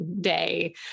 day